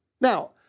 Now